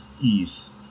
ease